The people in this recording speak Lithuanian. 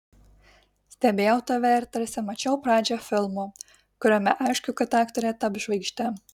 stebėjau tave ir tarsi mačiau pradžią filmo kuriame aišku kad aktorė taps žvaigžde